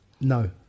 No